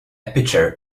pitcher